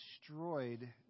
destroyed